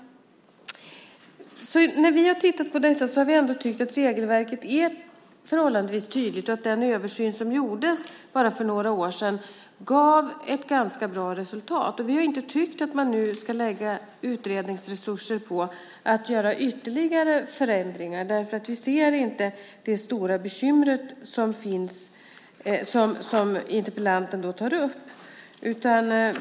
När vi har tittat på detta har vi ändå tyckt att regelverket är förhållandevis tydligt och att den översyn som gjordes bara för några år sedan gav ett ganska bra resultat. Vi har inte tyckt att man nu ska lägga utredningsresurser på att göra ytterligare förändringar därför att vi inte ser det stora bekymmer som interpellanten tar upp.